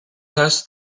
thuis